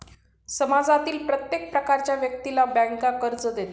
समाजातील प्रत्येक प्रकारच्या व्यक्तीला बँका कर्ज देतात